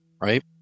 right